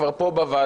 כבר פה בוועדה,